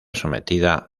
sometida